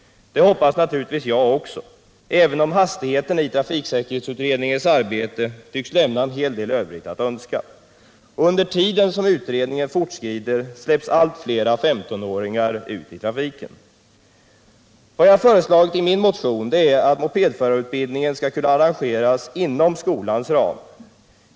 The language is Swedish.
Det hoppas naturligtvis jag också, även om hastigheten i trafiksäkerhetsutredningens arbete tycks lämna en hel del övrigt att önska. Och under tiden som utredningen fortskrider släpps allt fler 15-åringar ut i trafiken. Vad jag föreslagit i min motion är att moped förarutbildning skall kunna arrangeras inom skolans ram.